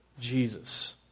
Jesus